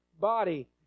body